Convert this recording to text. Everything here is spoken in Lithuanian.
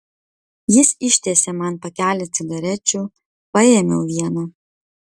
jis ištiesė man pakelį cigarečių paėmiau vieną